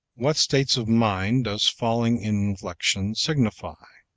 what states of mind does falling inflection signify?